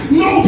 no